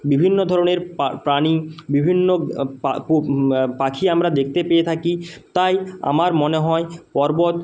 বিভিন্ন ধরনের প্রাণী বিভিন্ন পাখি আমরা দেখতে পেয়ে থাকি তাই আমার মনে হয় পর্বত